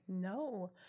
No